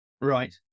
right